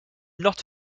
not